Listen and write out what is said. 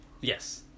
Yes